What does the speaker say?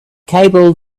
cable